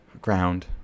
ground